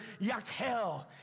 yakel